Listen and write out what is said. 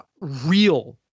real